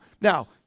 Now